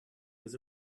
was